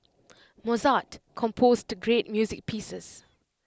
Mozart composed great music pieces